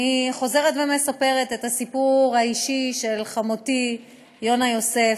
אני חוזרת ומספרת את הסיפור האישי של חמותי יונה יוסף,